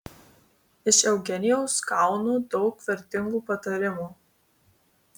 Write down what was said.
iš eugenijaus gaunu daug vertingų patarimų